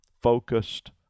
focused